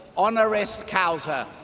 honoris causa